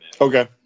Okay